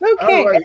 Okay